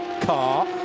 car